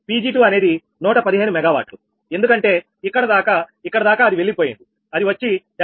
Pg2 అనేది 115 MW ఎందుకంటే ఇక్కడదాకా ఇక్కడదాకా అది వెళ్ళిపోయింది అది వచ్చి 73